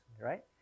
Right